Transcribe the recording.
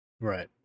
right